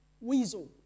weasel